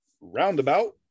Roundabout